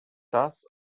das